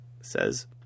says